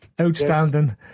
outstanding